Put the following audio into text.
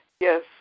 Yes